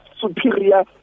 superior